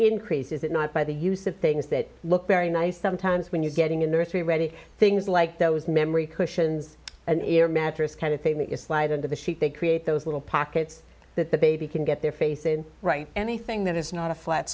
increased is it not by the use of things that look very nice sometimes when you're getting in there are three ready things like those memory cushions an air mattress kind of thing the it's light into the sheet they create those little pockets that the baby can get their face in right anything that is not a flat